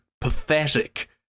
pathetic